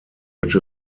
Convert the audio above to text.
which